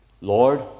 Lord